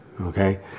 okay